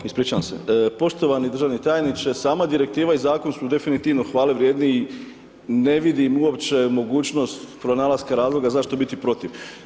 Oh ispričavam se, poštovani državni tajniče sama direktiva i zakon su definitivno hvale vrijedni i ne vidim uopće mogućnost pronalaska razloga zašto biti protiv.